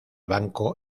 banco